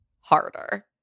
harder